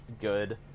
good